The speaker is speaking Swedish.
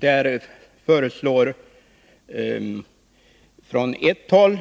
Där föreslås från ett håll